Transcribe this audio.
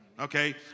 okay